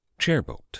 Chairboat